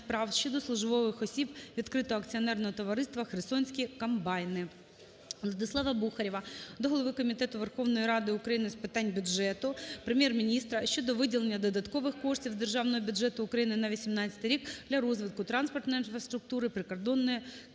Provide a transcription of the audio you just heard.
справ щодо службових осіб Відкритого акціонерного товариства "Херсонські комбайни". Владислава Бухарєва до голови Комітету Верховної Ради України з питань бюджету, Прем'єр-міністра щодо виділення додаткових коштів з Державного бюджету України на 2018 рік для розвитку транспортної інфраструктури прикордонної